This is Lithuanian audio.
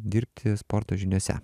dirbti sporto žiniose